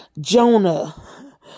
Jonah